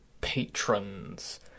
patrons